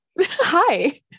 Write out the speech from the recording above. Hi